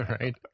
right